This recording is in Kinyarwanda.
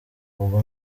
ubwo